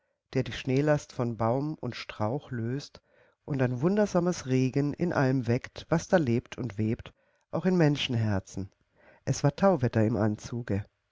der die schneelast von baum und strauch löst und ein wundersames regen in allem weckt was da lebt und webt auch im menschenherzen es war tauwetter im anzuge